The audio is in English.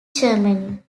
germany